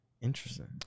Interesting